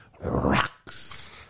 rocks